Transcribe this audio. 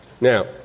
Now